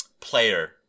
player